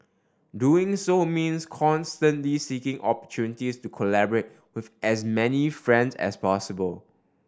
doing so means constantly seeking opportunities to collaborate with as many friends as possible